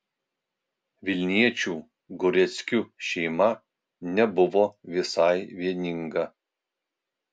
vilniečių gureckių šeima nebuvo visai vieninga